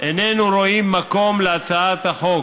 איננו רואים מקום להצעת החוק,